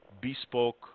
bespoke